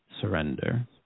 Surrender